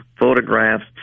photographs